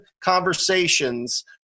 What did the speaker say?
conversations